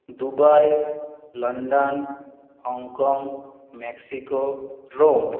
Dubai London Hong Kong Mexico Rome